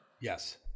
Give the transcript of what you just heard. yes